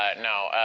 ah no,